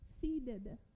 seeded